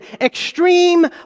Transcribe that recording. extreme